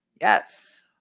yes